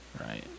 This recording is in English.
Right